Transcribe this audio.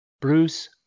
Bruce